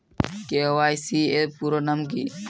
KYC এর পুরোনাম কী?